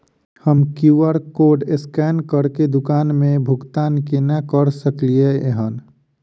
हम QR code scan करके दुकान मे भुगतान केना करऽ सकलिये एहन?